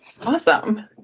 Awesome